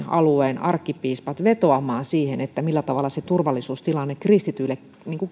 alueen arkkipiispat vetoamaan ja kertomaan millä tavalla se turvallisuustilanne kristittyjen osalta